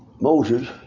Moses